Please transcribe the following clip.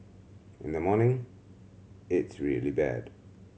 in the morning it's really bad